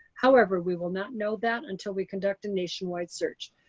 however, we will not know that until we conduct a nationwide search.